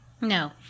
no